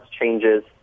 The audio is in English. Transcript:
changes